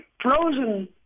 frozen